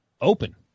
open